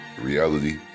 reality